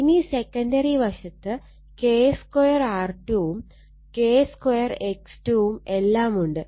ഇനി സെക്കണ്ടറി വശത്ത് K2 R2 ഉം K2 X2 ഉം എല്ലാമുണ്ട്